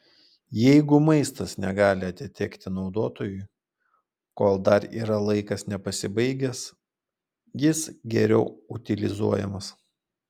jeigu maistas negali atitekti naudotojui kol dar yra laikas nepasibaigęs jis geriau utilizuojamas